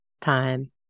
time